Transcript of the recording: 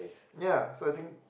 ya so I think